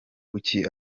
kuki